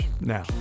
Now